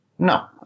No